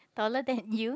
taller than you